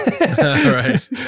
Right